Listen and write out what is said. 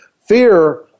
Fear